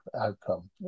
outcome